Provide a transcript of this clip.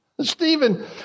Stephen